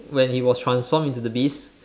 when he was transformed into the beast